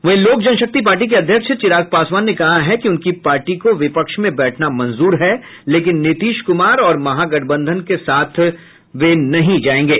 वहीं लोक जनशक्ति पार्टी के अध्यक्ष चिराग पासवान ने कहा है कि उनकी पार्टी को विपक्ष में बैठना मंजूर है लेकिन नीतीश क्मार और महागठबंधन के साथ नहीं जायेंगे